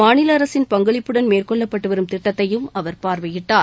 மாநில அரசின் பங்களிப்புடன் மேற்கொள்ளப்பட்டு வரும் திட்டத்தையும் அவர் பார்வையிட்டார்